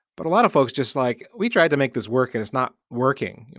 but a lot of folks just like we try to make this work and it's not working.